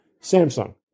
Samsung